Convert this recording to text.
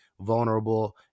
vulnerable